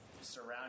surround